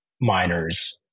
miners